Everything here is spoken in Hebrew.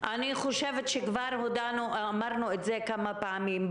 כבר אמרנו את זה כמה פעמים.